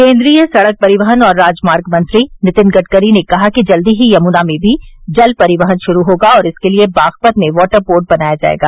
केन्द्रीय सड़क परिवहन और राजमार्ग मंत्री नितिन गडकरी ने कहा कि जल्द ही यमुना में भी जल परिवहन शुरू होगा और इसके लिये बागपत में वाटर पोर्ट बनाया जायेगा